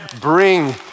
Bring